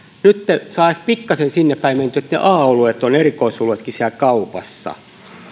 nyt saa edes pikkasen sinne päin mentyä että ne a oluet erikoisoluetkin ovat siellä kaupassa